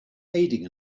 aiding